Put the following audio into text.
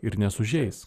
ir nesužeis